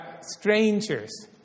strangers